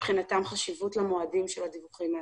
מבחינתם קיימת חשיבות למועדים של הדיווחים האלה.